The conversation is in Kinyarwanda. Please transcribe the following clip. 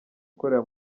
ikorera